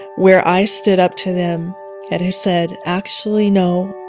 where i stood up to them and he said, actually, no,